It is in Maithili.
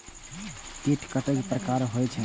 कीट कतेक प्रकार के होई छै?